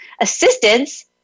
assistance